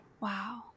Wow